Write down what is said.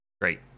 Great